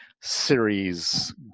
series